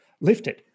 lifted